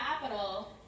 capital